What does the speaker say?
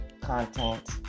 content